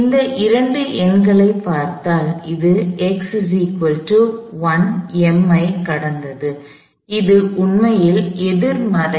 இந்த இரண்டு எண்களைப் பார்த்தால் இது ஐ கடந்தது இது உண்மையில் எதிர்மறை பொருள்